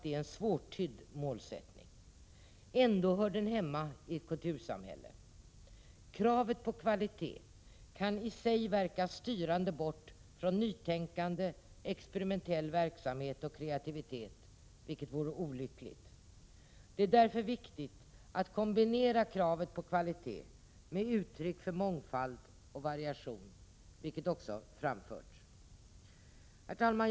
Det är en svårtydd målsättning, men den hör ändå hemma i ett kultursamhälle. Kravet på kvalitet kan i sig verka styrande i riktning bort från nytänkande, experimentell verksamhet och kreativitet, vilket vore olyckligt. Det är därför viktigt att kombinera kravet på kvalitet med uttryck för mångfald och variation, vilket också framförs i reservationen. Herr talman!